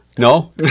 No